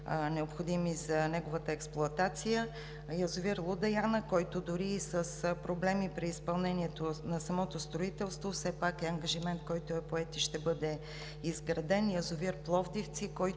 необходими за неговата експлоатация; язовир „Луда Яна“, който дори и с проблеми при изпълнението на самото строителство, все пак е ангажимент, който е поет и ще бъде изграден; язовир „Пловдивци“, който